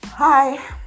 Hi